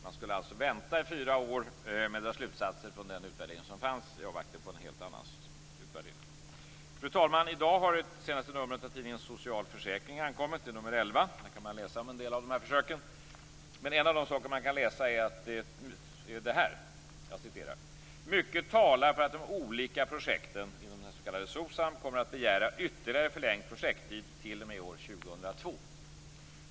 Man skulle alltså vänta i fyra år med att dra slutsatser av den utvärdering som fanns i avvaktan på en helt annan utvärdering. Fru talman! I dag har senaste numret av tidningen Social försäkring kommit. Det är nr 11. Där kan man läsa om den del av de här försöken. En av de saker man kan läsa är det här: Mycket talar för att de olika projekten inom den s.k. SOCSAM kommer att begära ytterligare förlängd projekttid t.o.m. år 2002.